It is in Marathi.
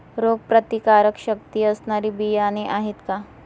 रोगप्रतिकारशक्ती असणारी बियाणे आहे का?